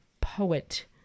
poet